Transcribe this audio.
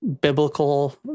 biblical